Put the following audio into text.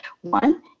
one